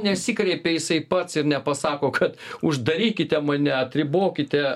nesikreipė jisai pats ir nepasako kad uždarykite mane atribokite